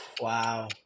wow